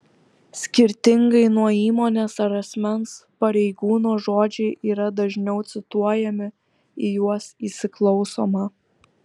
skirtingai nuo įmonės ar asmens pareigūno žodžiai yra dažniau cituojami į juos įsiklausoma